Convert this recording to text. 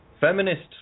feminists